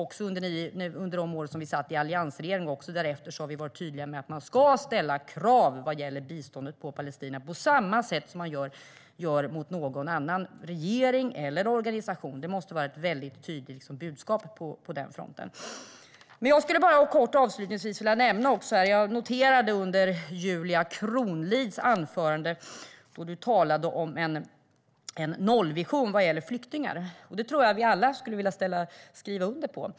Också under de år som vi satt i alliansregeringen och därefter har vi varit tydliga med att man ska ställa krav när det gäller biståndet till Palestina, på samma sätt som man gör mot någon annan regering eller organisation. Det måste vara ett mycket tydligt budskap på den fronten. Avslutningsvis skulle jag kortfattat vilja nämna en annan sak. Jag noterade att Julia Kronlid i sitt anförande talade om en nollvision när det gäller flyktingar. Det tror jag att vi alla skulle vilja skriva under på.